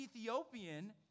Ethiopian